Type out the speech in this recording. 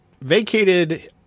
vacated